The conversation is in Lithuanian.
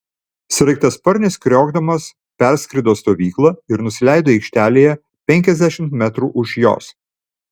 sraigtasparnis kriokdamas perskrido stovyklą ir nusileido aikštelėje penkiasdešimt metrų už jos